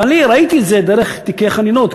אני ראיתי את זה דרך תיקי חנינות,